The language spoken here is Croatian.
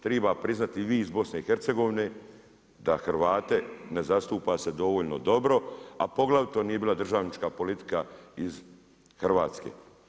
Triba priznati i vi iz BiH da Hrvate ne zastupa se dovoljno dobro, a poglavito nije bila državnička politika iz Hrvatske.